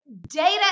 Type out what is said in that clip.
data